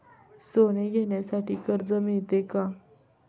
सोने घेण्यासाठी कर्ज मिळते का?